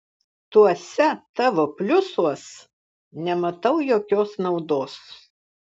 tuose tavo pliusuos nematau jokios naudos